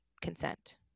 consent